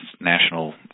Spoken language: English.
national